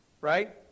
Right